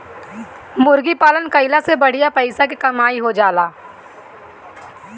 मुर्गी पालन कईला से बढ़िया पइसा के कमाई हो जाएला